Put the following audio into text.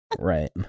right